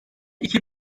iki